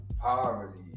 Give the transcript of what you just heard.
poverty